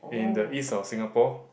in the east of Singapore